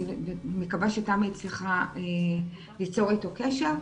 אני מקווה שתמי הצליחה ליצור איתו קשר.